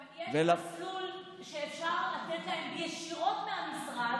אבל יש מסלול שאפשר לתת להן ישירות מהמשרד,